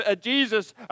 Jesus